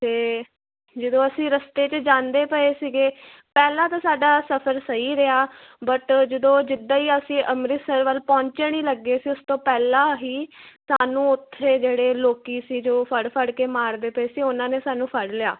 ਅਤੇ ਜਦੋਂ ਅਸੀਂ ਰਸਤੇ 'ਚ ਜਾਂਦੇ ਪਏ ਸੀਗੇ ਪਹਿਲਾਂ ਤਾਂ ਸਾਡਾ ਸਫ਼ਰ ਸਹੀ ਰਿਹਾ ਬਟ ਜਦੋਂ ਜਿੱਦਾਂ ਹੀ ਅਸੀਂ ਅੰਮ੍ਰਿਤਸਰ ਵੱਲ ਪਹੁੰਚਣ ਹੀ ਲੱਗੇ ਸੀ ਉਸ ਤੋਂ ਪਹਿਲਾਂ ਹੀ ਸਾਨੂੰ ਉੱਥੇ ਜਿਹੜੇ ਲੋਕੀ ਸੀ ਜੋ ਫੜ ਫੜ ਕੇ ਮਾਰਦੇ ਪਏ ਸੀ ਉਹਨਾਂ ਨੇ ਸਾਨੂੰ ਫੜ ਲਿਆ